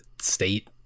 state